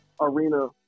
arena